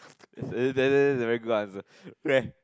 there there there is regular answer where